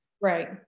Right